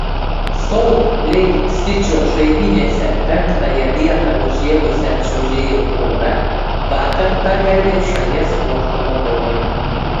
solt leik sičio žaidynėse penktąją vietą užėmusią čiuožėjų porą vakar pagerbė šalies sporto vadovai